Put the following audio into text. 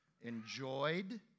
enjoyed